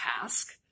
task